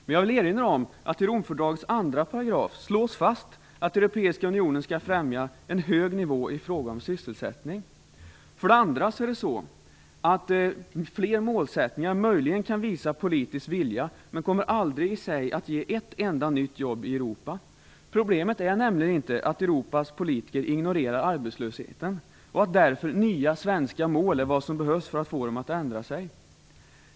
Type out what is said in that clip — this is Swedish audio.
Men jag vill erinra om att det i Romfördragets 2 § slås fast att Europeiska unionen skall främja en hög nivå ifråga om sysselsättning. För det andra kan fler målsättningar möjligen visa politisk vilja, men de kommer aldrig i sig att ge ett enda nytt jobb i Europa. Problemet är nämligen inte att Europas politiker ignorerar arbetslösheten och att därför nya svenska mål är vad som behövs för att få dem att ändra sig.